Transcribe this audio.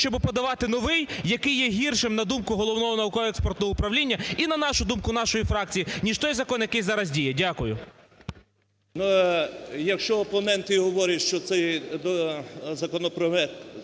щоб подавати новий, який є гіршим, на думку Головного науково-експертного управління і на нашу думку, нашої фракції, ніж той закон, який зараз діє? Дякую. 10:47:47 ШЕРЕМЕТА В.В. Якщо опоненти говорять, що цей законопроект